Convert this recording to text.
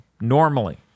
Normally